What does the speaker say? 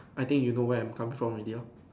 I think you know where I'm come from already lah